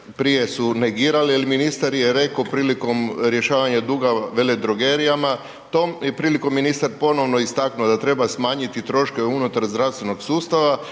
Prije su negirali, ali ministar je rekao prilikom rješavanja duga veledrogerijama kojom je prilikom ponovno istaknuo da treba smanjiti troškove unutar zdravstvenog sustava,